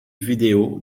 vidéo